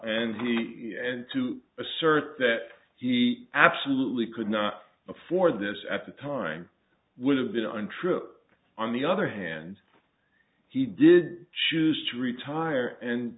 and the and to assert that he absolutely could not afford this at the time would have been on trip on the other hand he did choose to retire and